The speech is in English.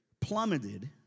plummeted